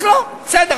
אז לא, בסדר.